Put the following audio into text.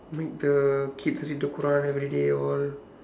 make the kids read the quran everyday all